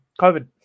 COVID